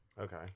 Okay